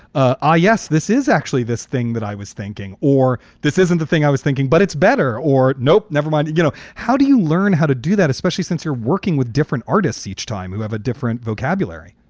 ah yes, this is actually this thing that i was thinking or this isn't the thing i was thinking, but it's better or. nope, never mind. you know, how do you learn how to do that, especially since you're working with different artists each time you have a different vocabulary?